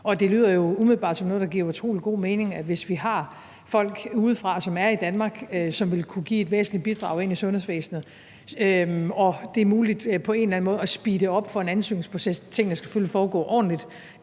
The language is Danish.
Og det lyder jo umiddelbart som noget, der giver utrolig god mening; altså, hvis vi har folk, der kommer udefra, som er i Danmark, og som ville kunne give et væsentligt bidrag til sundhedsvæsenet, og hvis det på en eller anden måde er muligt at speede op for en ansøgningsproces – tingene skal selvfølgelig foregå ordentligt,